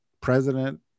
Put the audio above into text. President